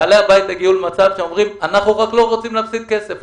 בעלי הבית הגיעו למצב שהם אומרים שהם לא רוצים להפסיד כסף,